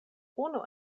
unu